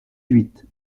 huit